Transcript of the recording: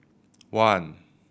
one